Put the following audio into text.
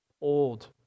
old